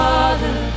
Father